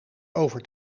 over